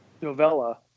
novella